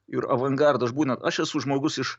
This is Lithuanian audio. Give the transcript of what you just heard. ir avangardą aš būna aš esu žmogus iš